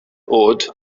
oed